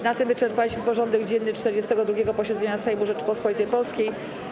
Na tym wyczerpaliśmy porządek dzienny 42. posiedzenia Sejmu Rzeczypospolitej Polskiej.